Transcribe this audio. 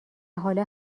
حالا